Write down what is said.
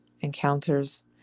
encounters